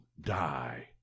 die